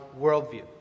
worldview